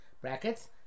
brackets